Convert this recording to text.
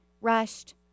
rushed